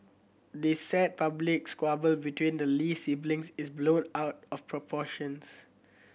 this sad public squabble between the Lee siblings is blown out of proportions